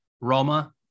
Roma